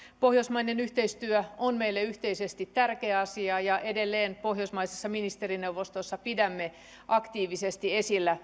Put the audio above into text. pohjoismainen yhteistyö on meille yhteisesti tärkeä asia ja edelleen pohjoismaisessa ministerineuvostossa pidämme aktiivisesti esillä